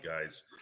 guys